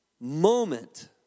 moment